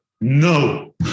no